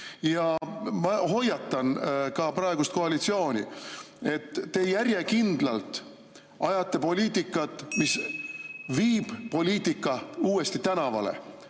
Ma hoiatan ka praegust koalitsiooni, et te järjekindlalt ajate poliitikat, mis viib poliitika uuesti tänavale.